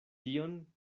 tion